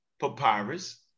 papyrus